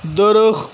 درخت